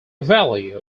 value